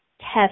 test